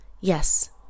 Yes